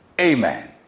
Amen